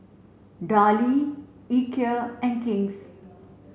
Darlie Ikea and King's